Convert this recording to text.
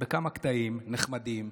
בכמה קטעים נחמדים.